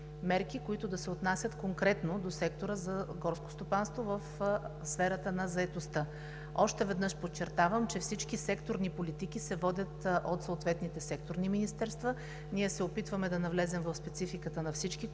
които да се отнасят конкретно до сектора за горско стопанство в сферата на заетостта. Още веднъж подчертавам, че всички секторни политики се водят от съответните секторни министерства. Ние се опитваме да навлезем в спецификата на всички